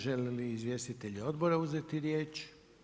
Žele li izvjestitelji odbora uzeti riječ?